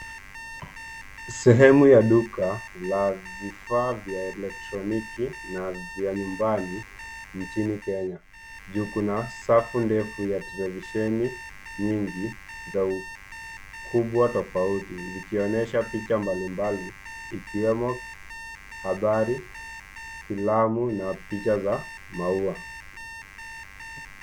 Sehemu ya duka ya vifaa vya elektroniki na vifaa vya nyumbani nchini Kenya. Juu kuna safu ndefu ya televisheni nyingi za ukubwa tofauti zikionyesha picha mbalimbali ikiwemo habari, filamu na picha za maua.